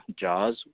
jaws